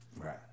Right